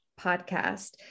podcast